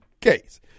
case